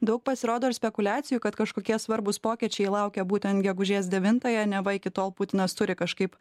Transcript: daug pasirodo ir spekuliacijų kad kažkokie svarbūs pokyčiai laukia būtent gegužės devintąją neva iki tol putinas turi kažkaip